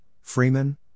Freeman